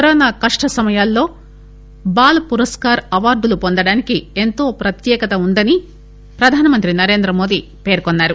corona కష్ట సమయాల్లో ball పురస్కార్ అవార్డులు వొందడానికి ఎంతో ప్రత్యేకత వుందని ప్రధానమంత్రి నరేంద్రమోది పేర్కొన్నారు